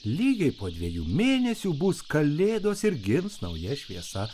lygiai po dviejų mėnesių bus kalėdos ir gims nauja šviesa